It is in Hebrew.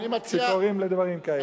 שקוראים לדברים כאלה.